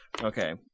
Okay